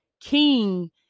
king